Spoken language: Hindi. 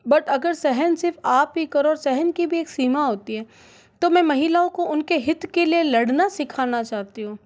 बट अगर सहन सिर्फ़ आप ही करो और सहन की भी एक सीमा होती है तो मैं महिलाओं को उनके हित के लिए लड़ना सीखाना चाहती हूँ